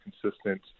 consistent